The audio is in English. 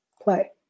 play